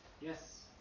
Yes